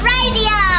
Radio